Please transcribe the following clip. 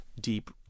deep